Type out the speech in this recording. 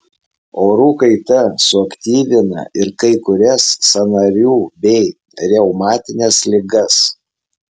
orų kaita suaktyvina ir kai kurias sąnarių bei reumatines ligas